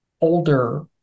older